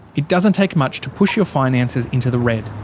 it doesn't take much to push your finances into the red.